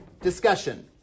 discussion